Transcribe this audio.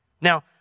Now